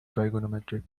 trigonometric